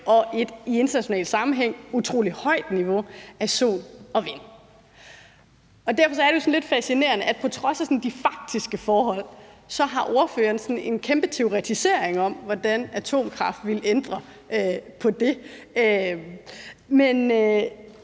og et i international sammenhæng utrolig højt niveau af sol- og vindenergi. Derfor er det jo lidt fascinerende, at på trods af de faktiske forhold har ordføreren en kæmpe teoretisering om, hvordan atomkraft ville ændre på det.